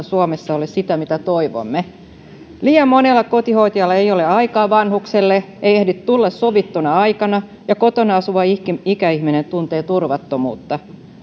suomessa ole sitä mitä toivomme liian monella kotihoitajalla ei ole aikaa vanhukselle ei ehdi tulla sovittuna aikana ja kotona asuva ikäihminen tuntee turvattomuutta